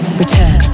return